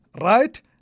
right